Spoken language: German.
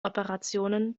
operationen